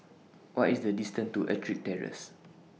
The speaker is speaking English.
What IS The distance to Ettrick Terrace